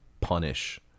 punish